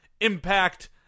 Impact